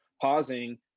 pausing